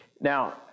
Now